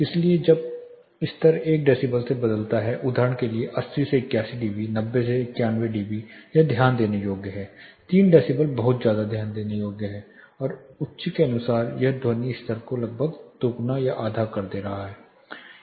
इसलिए जब स्तर 1 डेसिबल से बदलता है उदाहरण के लिए 80 से 81 डीबी 90 से 91 डीबी यह ध्यान देने योग्य है 3 डेसिबल बहुत ध्यान देने योग्य है और उच्च के अनुसार यह ध्वनि स्तर को लगभग दोगुना या आधा कर रहा है